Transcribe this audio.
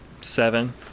seven